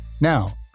Now